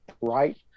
right